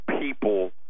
people